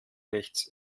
rechts